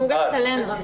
היא מוגשת אלינו.